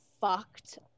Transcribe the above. fucked